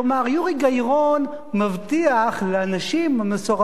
יורי גיא-רון מבטיח לנשים המסורבות,